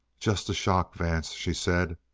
just the shock, vance, she said.